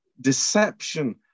deception